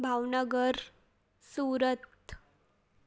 Bhavnagar Surat